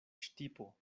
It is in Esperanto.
ŝtipo